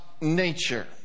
nature